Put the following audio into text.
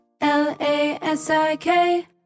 L-A-S-I-K